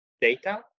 data